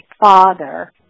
father